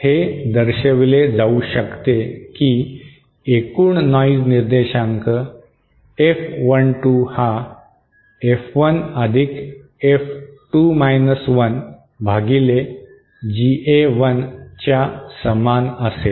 हे दर्शविले जाऊ शकते की एकूण नॉइज निर्देशांक F12 हा F1 F2 1 भागिले GA1 च्या समान असेल